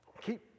Keep